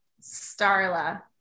Starla